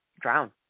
drown